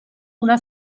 una